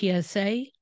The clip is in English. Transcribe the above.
PSA